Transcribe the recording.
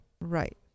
Right